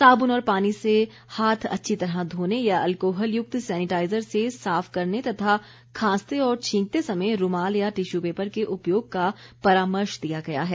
साबुन और पानी से हाथ अच्छी तरह धोने या अल्कोहल युक्त सेनिटाइज़र से साफ करने तथा खांसते और छींकते समय रूमाल या टिश्यू पेपर के उपयोग का परामर्श दिया गया है